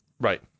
Right